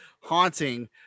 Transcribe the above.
haunting